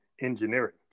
engineering